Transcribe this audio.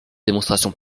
démonstrations